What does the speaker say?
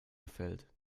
gefällt